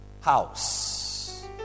house